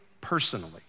personally